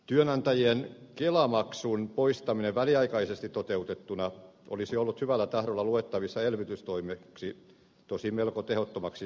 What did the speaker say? työnantajien kelamaksun poistaminen väliaikaisesti toteutettuna olisi ollut hyvällä tahdolla luettavissa elvytystoimeksi tosin melko tehottomaksi sellaiseksi